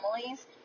families